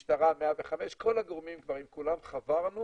משטרה, 105, כל הגורמים כולם חברנו